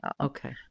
Okay